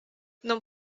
non